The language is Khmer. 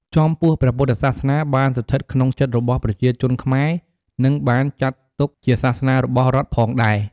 ចំពោះព្រះពុទ្ធសាសនាបានស្ថិតក្នុងចិត្តរបស់ប្រជាជនខ្មែរនិងបានចាត់ទុកជាសាសនារបស់រដ្ឋផងដែរ។